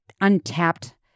untapped